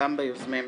גם בין יוזמי הדיון,